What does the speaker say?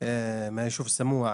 מהיישוב סמוע.